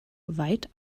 weit